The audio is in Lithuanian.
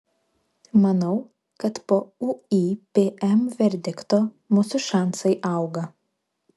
manau kad po uipm verdikto mūsų šansai auga